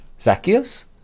Zacchaeus